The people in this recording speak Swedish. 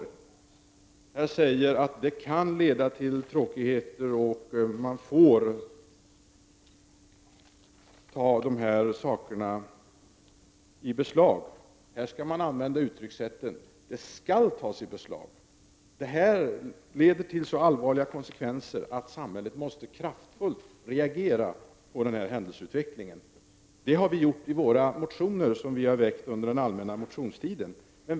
I svaret sägs att det kan bli tråkigheter och att alkoholdrycker får tas i beslag. Men här skall man använda uttryckssättet att de ”skall” tas i beslag. Konsekvenserna blir så allvarliga att samhället måste reagera kraftfullt på händelseutvecklingen. Det har vi gjort i våra motioner som vi har väckt under den allmänna motionstiden.